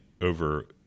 over